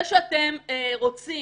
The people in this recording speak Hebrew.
זה שאתם רוצים